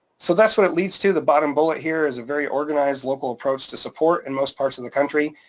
so that's what it leads to. the bottom bullet here is a very organized local approach to support in most parts of the country.